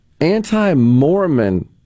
anti-Mormon